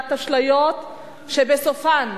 ומכירת אשליות שבסופן,